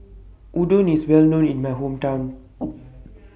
Udon IS Well known in My Hometown